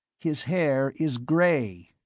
his hair is gray.